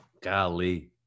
golly